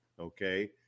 Okay